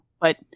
but-